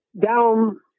down